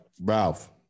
Ralph